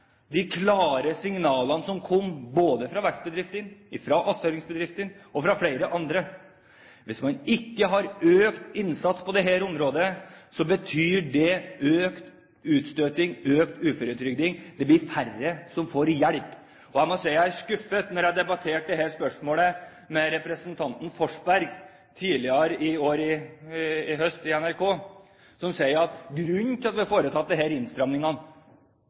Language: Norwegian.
de klare signalene som kom, både fra vekstbedriftene, fra attføringsbedriftene og fra flere andre. Hvis man ikke har økt innsats på dette området, betyr det økt utstøting, økt uføretrygding, det blir færre som får hjelp. Jeg ble skuffet da jeg diskuterte dette spørsmålet tidligere i høst i NRK med representanten Forsberg, som sa at grunnen til at man har foretatt